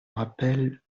rappelle